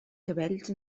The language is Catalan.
cabells